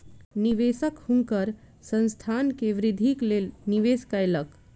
निवेशक हुनकर संस्थान के वृद्धिक लेल निवेश कयलक